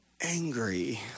angry